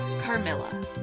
Carmilla